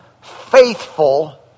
faithful